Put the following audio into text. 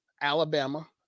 Alabama